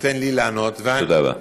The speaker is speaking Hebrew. נותן לי לענות, תודה רבה.